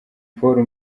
paul